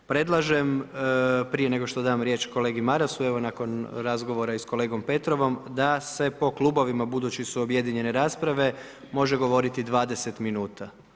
Predlažem, prije nego što dajem riječ Kolegi Marasu, nakon razgovora i sa kolegom Petrovom, da se po klubovima, buduće da su objedinjene rasprave može govoriti 20 min.